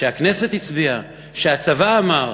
שהכנסת הצביעה, שהצבא אמר,